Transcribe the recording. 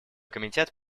комитет